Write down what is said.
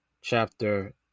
chapter